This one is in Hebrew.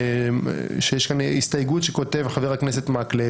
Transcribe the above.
שיש כנראה הסתייגות שכותב חבר הכנסת מקלב,